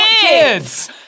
kids